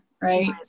Right